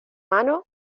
mano